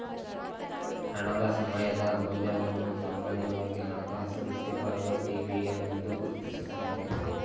ಹಣದ ಸಮಯದ ಮೌಲ್ಯವನ್ನು ಸಾಮಾನ್ಯವಾಗಿ ಹಣಕಾಸು ವೃತ್ತಿಪರರು ಟಿ.ವಿ.ಎಮ್ ಎಂದು ಗುರುತಿಸುತ್ತಾರೆ